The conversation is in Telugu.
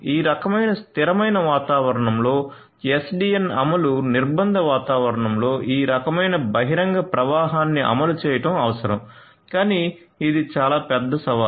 ఈ రకమైన స్థిరమైన వాతావరణంలో SDN అమలు నిర్బంధ వాతావరణంలో ఈ రకమైన బహిరంగ ప్రవాహాన్నిఅమలు చేయడం అవసరం కానీ ఇది చాలా పెద్ద సవాలు